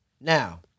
Now